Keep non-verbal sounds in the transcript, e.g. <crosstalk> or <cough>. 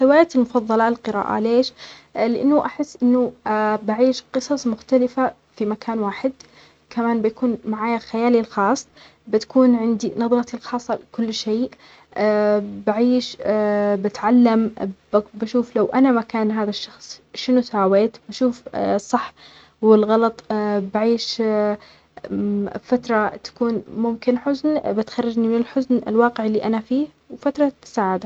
هوايتي المفضله القراءة. ليش؟ لأنو احس أنو <hesitation> بعيش قصص مختلفة في مكان واحد. كمان بيكون معايا خيالي الخاص. بتكون عندي نظرتي الخاصة لكل شيء. <hesitation> بعيش، <hesitation> بتعلم، ب-ك-بشوف لو أنا مكان هذا الشخص شنو ساويت؟ بشوف الصح والغلط. <hesitation> بعيش <hesitation> فترة تكون ممكن حزن، بتخرجني من الحزن الواقع اللي أنا فيه وفترة تسعده